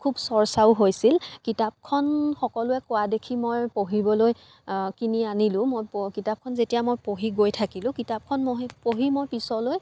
খুব চৰ্চাও হৈছিল কিতাপখন সকলোৱে কোৱা দেখি মই পঢ়িবলৈ কিনি আনিলোঁ মই প কিতাপখন যেতিয়া মই পঢ়ি গৈ থাকিলোঁ কিতাপখন মই পঢ়ি মই পিছলৈ